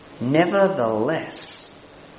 Nevertheless